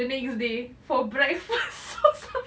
the next day for breakfast